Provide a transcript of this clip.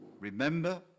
Remember